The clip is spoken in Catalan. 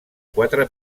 quatre